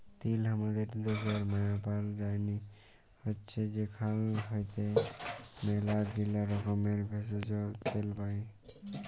তিল হামাদের ড্যাশের মায়পাল যায়নি হৈচ্যে সেখাল হইতে ম্যালাগীলা রকমের ভেষজ, তেল পাই